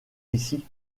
ici